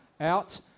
out